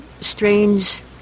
strange